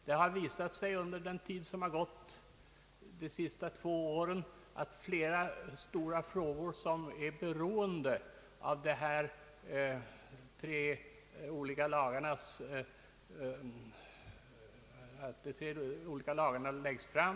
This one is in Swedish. Det har visat sig under den tid som har gått — de senaste två åren — att flera stora frågor inte har kunnat lösas därför att de hänger samman med dessa tre lagar.